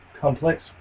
complex